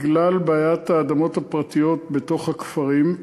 בגלל בעיית האדמות הפרטיות בתוך הכפרים,